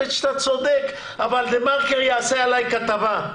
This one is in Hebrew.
שאתה צודק אבל דה מרקר יעשה עלי כתבה,